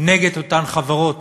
נגד אותן חברות,